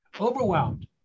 overwhelmed